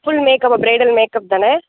full makeup bridal makeup தானே